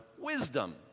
wisdom